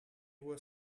were